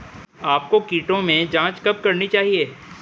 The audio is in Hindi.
आपको कीटों की जांच कब करनी चाहिए?